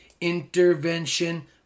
intervention